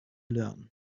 learn